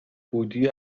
بودی